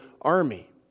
army